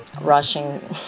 rushing